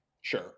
sure